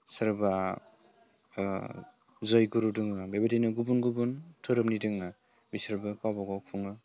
सोरबा जयगुरु दङ बेबायदिनो गुबुन गुबुन धोरोमनि दोङो बिसोरबो गावबा गाव खुङो